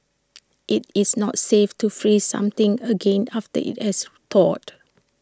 IT is not safe to freeze something again after IT has thawed